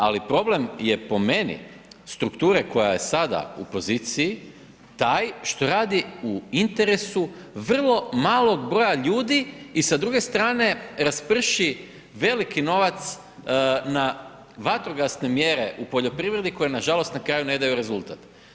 Ali, problem je, po meni, strukture koja je sada u poziciji taj što radi u interesu vrlo malog broja ljudi i sa druge strane rasprši veliki novac na vatrogasne mjere u poljoprivredi koje nažalost na kraju ne daju rezultat.